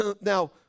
now